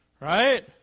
Right